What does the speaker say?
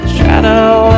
Shadow